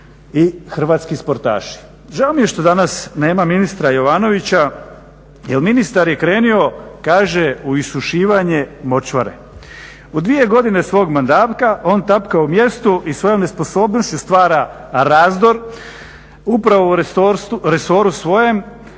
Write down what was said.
i Hrvatski sportaši. Žao mi je što danas nema ministra Jovanovića jer ministar je krenuo kaže u isušivanje močvare. U dvije godine svog mandat on tapka na mjestu i svojoj nesposobnošću stvar razdor upravo u resoru svojem,